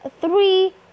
Three